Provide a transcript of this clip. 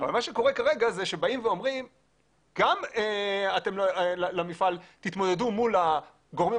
מה שקורה כרגע זה שבאים ואומרים למפעל שיתמודד מול הגורמים